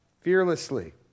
fearlessly